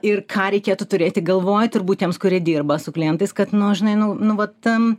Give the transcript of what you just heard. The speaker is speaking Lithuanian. ir ką reikėtų turėti galvoj turbūt tiems kurie dirba su klientais kad nu žinai nu nu vat